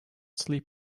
sleep